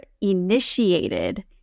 initiated